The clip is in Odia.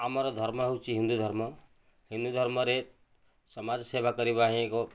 ଆମର ଧର୍ମ ହେଉଛି ହିନ୍ଦୁ ଧର୍ମ ହିନ୍ଦୁ ଧର୍ମରେ ସମାଜ ସେବା କରିବା ହିଁ ଏକ